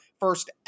First